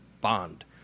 bond